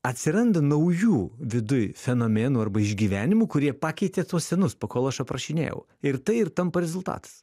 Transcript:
atsiranda naujų viduj fenomenų arba išgyvenimų kurie pakeitė tuos senus pakol aš aprašinėjau ir tai ir tampa rezultatas